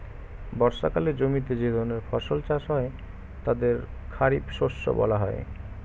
বর্ষাকালে জমিতে যে ধরনের ফসল চাষ হয় তাদের খারিফ শস্য বলা হয়